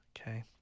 Okay